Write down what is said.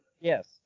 yes